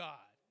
God